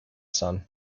sun